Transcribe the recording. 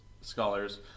scholars